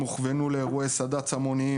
הם הוכוונו לאירועי סד"צ המוניים,